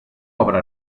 obra